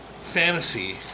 fantasy